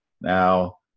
Now